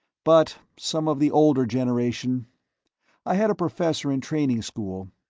but some of the older generation i had a professor in training school,